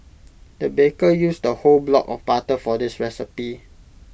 the baker used A whole block of butter for this recipe